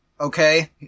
Okay